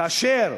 כאשר